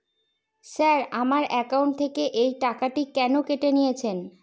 Sir আমার account থেকে এই টাকাটি কেন কেটে নিয়েছেন?